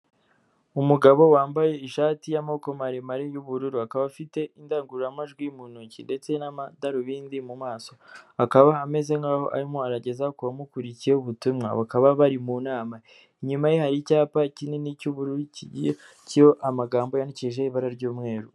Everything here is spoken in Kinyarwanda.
Umugabo wambaye ishati y'amako maremare y'ubururu, akaba afite indangururamajwi mu ntoki ndetse n'amadarubindi mu maso. Akaba ameze nk'aho arimo arageza ku bamukuriye ubutumwa, bakaba bari mu nama. Inyuma ye hari icyapa kinini cy'ubururu kigiye kiriho amagambo yandikishije ibara ry'umweru.